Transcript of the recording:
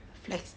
flex~